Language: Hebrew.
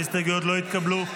ההסתייגויות לא התקבלו.